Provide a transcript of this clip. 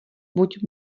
buď